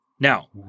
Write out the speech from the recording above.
Now